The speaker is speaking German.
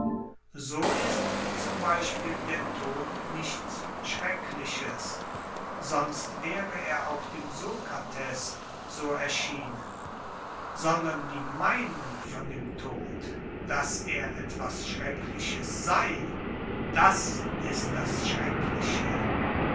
so ist z b der tod nichts schreckliches sonst wäre er auch dem sokrates so erschienen sondern die meinung von dem tod daß er etwas schreckliches sei das ist das schreckliche